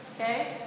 okay